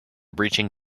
breaching